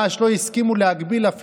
לא קיבלתי.